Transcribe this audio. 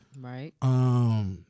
Right